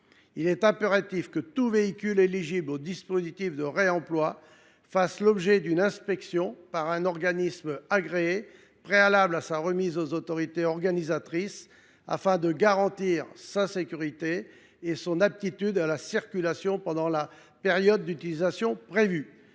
Il est impératif que tout véhicule éligible au dispositif de réemploi fasse l’objet d’une inspection par un organisme agréé préalablement à sa remise aux autorités organisatrices de la mobilité, afin de garantir sa sécurité et son aptitude à la circulation pendant la période d’utilisation prévue.